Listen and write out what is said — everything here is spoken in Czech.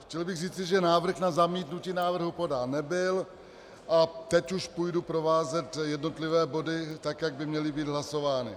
Chtěl bych říci, že návrh na zamítnutí návrhu podán nebyl, a teď už budu provázet jednotlivé body, tak jak by měly být hlasovány.